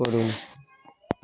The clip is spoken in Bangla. করুন